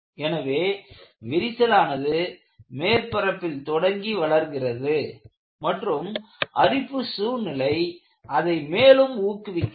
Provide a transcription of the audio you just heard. எனவே விரிசல் ஆனது மேற்பரப்பில் தொடங்கி வளர்கிறது மற்றும் அரிப்பு சூழ்நிலை அதை மேலும் ஊக்குவிக்கிறது